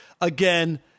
Again